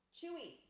Chewy